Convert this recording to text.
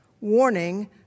warning